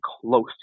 close